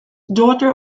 daughter